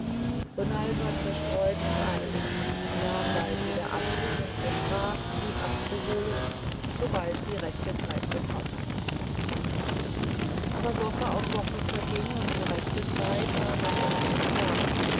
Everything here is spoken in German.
renald war zerstreut und eilig er nahm bald wieder abschied und versprach sie abzuholen sobald die rechte zeit gekommen aber woche auf woche verging und die rechte zeit war noch immer nicht da